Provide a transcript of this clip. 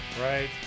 Right